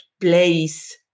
place